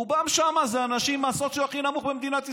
רובם שם זה האנשים מהסוציו הכי נמוך במדינת ישראל.